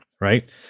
right